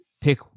pick